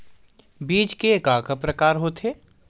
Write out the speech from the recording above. बीज के का का प्रकार होथे?